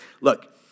look